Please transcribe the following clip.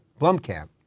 Blumkamp